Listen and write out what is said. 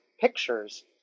pictures